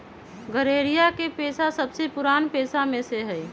गरेड़िया के पेशा सबसे पुरान पेशा में से हई